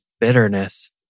bitterness